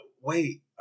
Wait